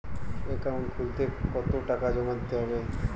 Account খুলতে কতো টাকা জমা দিতে হবে?